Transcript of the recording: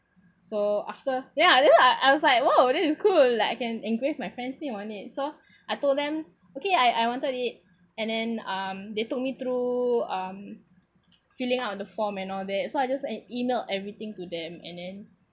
so after ya then I I was like !wow! this is cool like I can engrave my friend's name on it so I told them okay I I wanted it and then um they took me through um filling out the form and all that so I just email everything to them and then